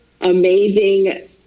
amazing